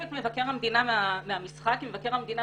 את מבקר המדינה מהמשחק כי מבקר המדינה,